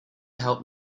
help